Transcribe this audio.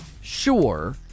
sure